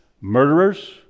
murderers